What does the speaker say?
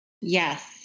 Yes